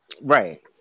Right